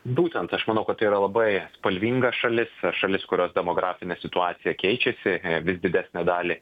būtent aš manau kad tai yra labai spalvinga šalis šalis kurios demografinė situacija keičiasi vis didesnę dalį